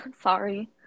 Sorry